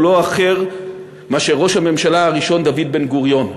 הוא לא אחר מאשר ראש הממשלה הראשון דוד בן-גוריון.